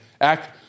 act